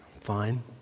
fine